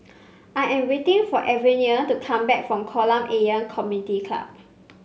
I am waiting for Averie to come back from Kolam Ayer Community Club